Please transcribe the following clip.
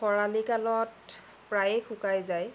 খৰালি কালত প্ৰায়ে শুকাই যায়